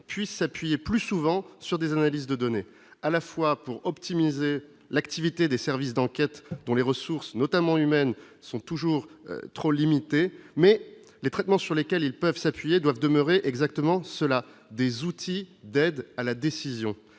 puisse s'appuyer plus souvent sur des analyses de données à la fois pour optimiser l'activité des services d'enquête dont les ressources notamment humaines sont toujours trop limité mais les traitements sur lesquels ils peuvent s'appuyer doivent demeurer exactement cela, des outils d'aide à la décision,